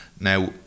Now